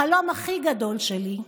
החלום הכי גדול שלי,